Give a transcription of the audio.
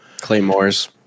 Claymores